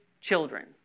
children